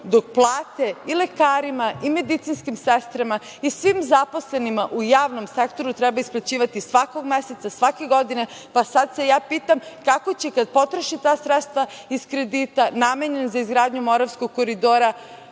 dok plate i lekarima i medicinskim sestrama i svim zaposlenima u javnom sektoru treba isplaćivati svakog meseca, svake godine. Sada se ja pitam, kako će kad potroše ta sredstva iz kredita namenjenih za izgradnju Moravskog koridora,